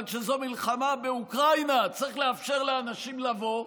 אבל כשזאת מלחמה באוקראינה צריך לאפשר לאנשים לבוא,